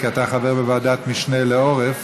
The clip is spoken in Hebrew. כי אתה חבר בוועדת משנה לעורף.